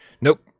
Nope